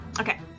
okay